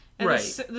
Right